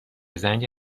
زنگ